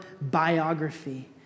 biography